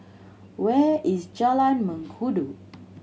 where is Jalan Mengkudu